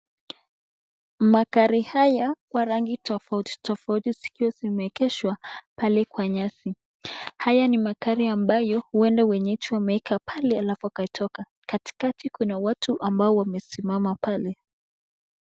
Magari haya kwa rangi tofautitofauti zikiwa zimeegeshwa pale kwa nyasi, haya ni magari ambayo huenda wenyeji wameeka pale alafu wakatoka, katikati kuna watu ambao wamesimama pale.